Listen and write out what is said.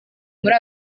muri